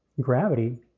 gravity